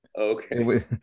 Okay